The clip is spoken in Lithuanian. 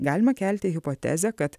galima kelti hipotezę kad